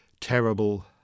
terrible